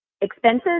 expenses